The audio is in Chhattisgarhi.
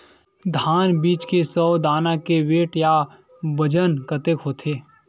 धान बीज के सौ दाना के वेट या बजन कतके होथे?